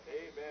Amen